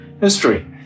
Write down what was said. history